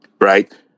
Right